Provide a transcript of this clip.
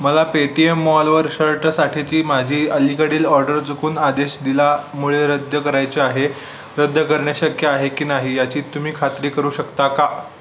मला पेटीएम मॉलवर शर्टसाठीची माझी अलीकडील ऑर्डर चुकून आदेश दिल्यामुळे रद्द करायचे आहे रद्द करणे शक्य आहे की नाही याची तुम्ही खात्री करू शकता का